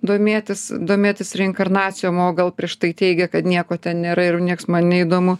domėtis domėtis reinkarnacijom o gal prieš tai teigė kad nieko ten nėra ir nieks man neįdomu